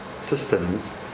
systems